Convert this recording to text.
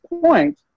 point